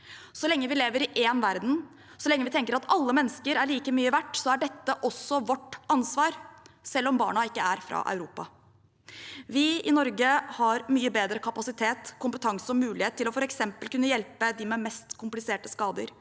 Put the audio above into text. Så lenge vi lever i én verden, og så lenge vi tenker at alle mennesker er like mye verdt, er dette også vårt ansvar, selv om barna ikke er fra Europa. Vi i Norge har mye bedre kapasitet, kompetanse og mulighet til f.eks. å kunne hjelpe dem med de mest kompliserte skadene